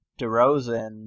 DeRozan